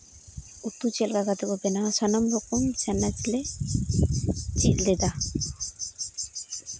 ᱩᱛᱩ ᱪᱮᱫ ᱞᱮᱠᱟ ᱠᱟᱛᱮᱫ ᱠᱚ ᱵᱮᱱᱟᱣᱟ ᱥᱟᱱᱟᱢ ᱨᱚᱠᱚᱢ ᱪᱟᱱᱟᱪ ᱞᱮ ᱪᱮᱫ ᱞᱮᱫᱟ